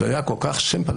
זה היה כל כך ברור,